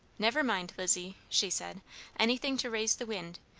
never mind, lizzie, she said anything to raise the wind.